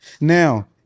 Now